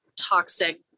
toxic